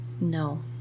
No